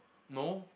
no